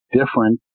different